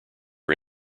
are